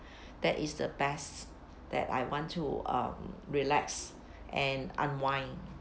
that is the best that I want to uh relax and unwind